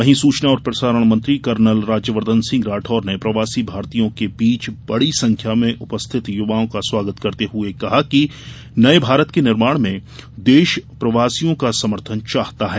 वहीं सूचना और प्रसारण मंत्री कर्नल राज्यवर्द्वन राठौड़ ने प्रवासी भारतीयों के बीच बड़ी संख्या में उपस्थित युवाओं का स्वागत करते हुए कहा कि नए भारत के निर्माण में देश प्रवासियों का समर्थन चाहता है